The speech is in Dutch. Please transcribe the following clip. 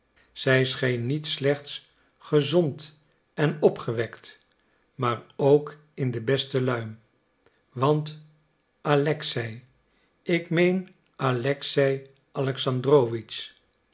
zij scheen niet slechts gezond en opgewekt maar ook in de beste luim want alexei